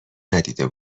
ندیده